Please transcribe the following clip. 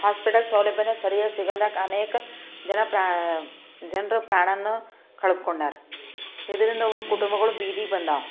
hospital ಸೌಲಭ್ಯವೂ ಸರಿಯಾಗಿ ಸಿಗಲ್ದೇ ಅನೇಕ ಜನ ಜನರು ಪ್ರಾಣನೂ ಕಳೆದ್ಕೊಂಡಾರ ಇದರಿಂದ ಅವರ ಕುಟುಂಬಗಳು ಬೀದಿಗೆ ಬಂದಾವ